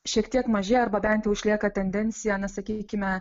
šiek tiek mažėja arba bent jau išlieka tendencija na sakykime